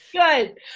Good